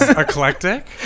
eclectic